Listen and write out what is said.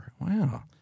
wow